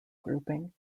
grouping